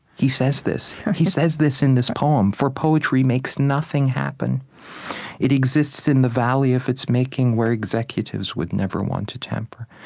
he says this right he says this in this poem. for poetry makes nothing happen it exists in the valley of its making where executives would never want to tamper.